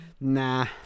Nah